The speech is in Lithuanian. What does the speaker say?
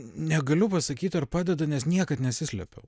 negaliu pasakyt ar padeda nes niekad nesislėpiau